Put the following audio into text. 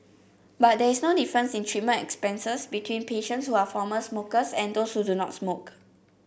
but there is no difference in treatment expenses between patients who are former smokers and those who do not smoke